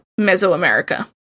Mesoamerica